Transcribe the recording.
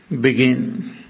begin